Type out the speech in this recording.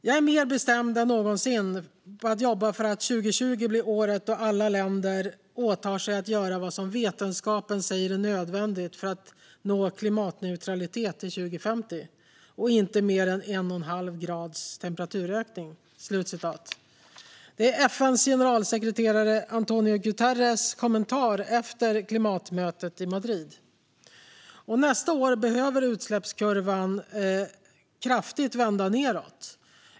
"Jag är mer bestämd än någonsin att arbeta för att göra 2020 till året då alla länder åtar sig att göra vad vetenskapen säger oss är nödvändigt för att nå koldioxidneutralitet till 2050, och inte se temperaturerna stiga med mer än 1,5 grader." Det var FN:s generalsekreterare António Guterres kommentar efter klimatmötet i Madrid. Nästa år behöver utsläppskurvan vända kraftigt nedåt.